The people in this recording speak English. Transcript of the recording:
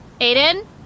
Aiden